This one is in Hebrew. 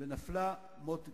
ונפלה מות גיבורים.